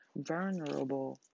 vulnerable